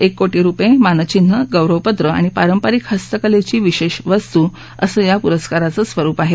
एक कोटी रुपये मानचिन्ह गौरवपत्र आणि पारंपारिक हस्तकलेची विशेष वस्तू असं या पुरस्काराचं स्वरूप आहे